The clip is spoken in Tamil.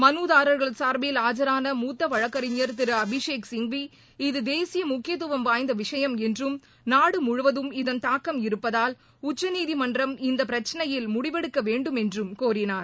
மனுதாரா்கள் சார்பில் ஆஜரான மூத்த வழக்கறிஞர் திரு அபிஷேக் சிங்வி இது தேசிய முக்கியத்துவம் வாய்ந்த விஷயம் என்றும் நாடு முழுவதும் இதன் தாக்கம் இருப்பதால் உச்சநீதிமன்றம் இந்த பிரச்சினையில் முடிவெடுக்க வேண்டுமென்றும் கோரினார்